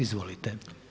Izvolite.